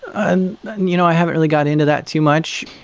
and you know i haven't really got into that too much.